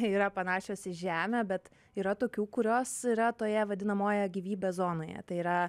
yra panašios į žemę bet yra tokių kurios yra toje vadinamojoje gyvybės zonoje tai yra